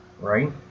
Right